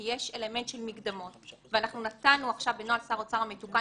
כי יש אלמנט של מקדמות ואנחנו נתנו עכשיו בנוהל שר אוצר המתוקן